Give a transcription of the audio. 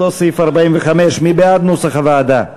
מי בעד, כנוסח הוועדה?